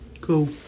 Cool